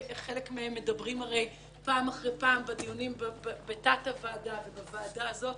חלק מהם מדברים פעם אחרי פעם בדיונים ובתת-הוועדה הזאת.